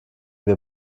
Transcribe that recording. wir